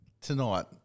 tonight